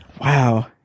Wow